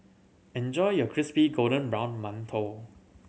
enjoy your crispy golden brown mantou